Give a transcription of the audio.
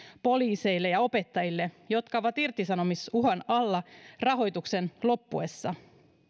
poliiseille ja opettajille jotka ovat irtisanomisuhan alla rahoituksen loppuessa